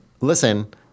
listen